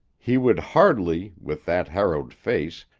he would hardly, with that harrowed face,